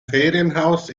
ferienhaus